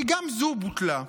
כי גם זו בוטלה.